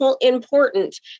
important